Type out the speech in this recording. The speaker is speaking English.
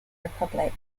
republic